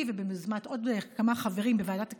וביוזמת עוד כמה חברים בוועדת הכספים,